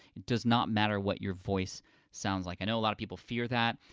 does not matter what your voice sounds like. i know a lot of people fear that,